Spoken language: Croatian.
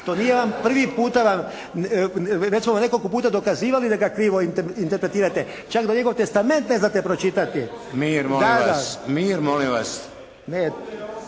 To nije vam prvi puta vam, već smo vam nekoliko puta dokazivali da ga krivo interpretirate. Čak da njegov testament ne znate pročitati. … /Upadica se